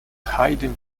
hiding